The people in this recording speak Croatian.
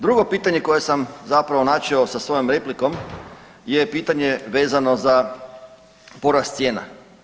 Drugo pitanje koje sam zapravo načeo sa svojom replikom je pitanje vezano za porast cijena.